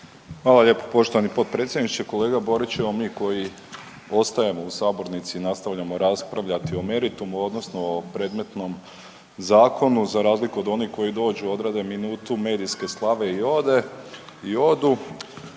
Hvala lijepa poštovani potpredsjedniče. Kolega Borić mi koji ostajemo u sabornici i nastavljamo raspravljati o meritumu, odnosno o predmetnom zakonu, za razliku od onih koji dođu, odrade minutu medijske slave i odu